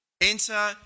Enter